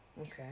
okay